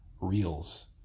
reels